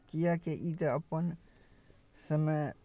किएकि ई तऽ अपन समय